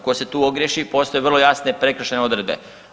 Tko se tu ogriješi postaje vrlo jasne prekršajne odredbe.